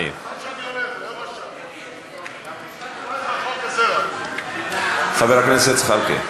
2015. חבר הכנסת זחאלקה,